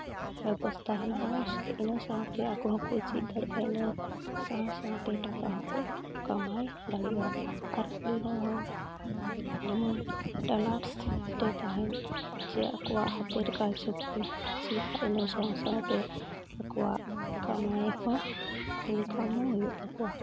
ᱵᱮᱵᱚᱥᱛᱷᱟ ᱦᱮᱱᱟᱜᱼᱟ ᱤᱱᱟᱹ ᱥᱟᱶᱛᱮ ᱟᱠᱚ ᱦᱚᱸᱠᱚ ᱪᱮᱫ ᱫᱟᱲᱮᱭᱟᱜᱼᱟ ᱤᱱᱟᱹ ᱥᱟᱶ ᱥᱟᱶᱛᱮ ᱴᱟᱠᱟ ᱦᱚᱸᱠᱚ ᱠᱟᱢᱟᱣ ᱫᱟᱲᱮᱭᱟᱜᱼᱟ ᱟᱨ ᱠᱩᱲᱤ ᱦᱚᱲ ᱦᱚᱸ ᱡᱮᱢᱚᱱ ᱴᱮᱞᱟᱨᱥ ᱨᱮ ᱛᱟᱦᱮᱱ ᱡᱮ ᱟᱠᱚᱣᱟᱜ ᱦᱟᱛᱮᱨ ᱠᱟᱡᱽ ᱦᱚᱸᱠᱚ ᱪᱮᱫᱼᱟ ᱤᱱᱟᱹ ᱥᱟᱶ ᱥᱟᱶᱛᱮ ᱟᱠᱚᱣᱟᱜ ᱠᱟᱢᱟᱭ ᱦᱚᱸ ᱤᱱᱠᱟᱢ ᱦᱚᱸ ᱦᱩᱭᱩᱜ ᱛᱟᱠᱚᱣᱟ